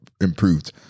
improved